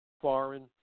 foreign